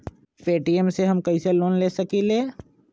Paytm से हम कईसे लोन ले सकीले?